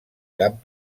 cap